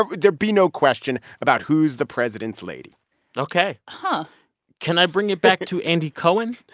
ah there'd be no question about who's the president's lady ok. and can i bring it back to andy cohen?